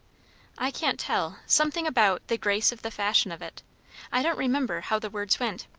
i can't tell something about the grace of the fashion of it i don't remember how the words went.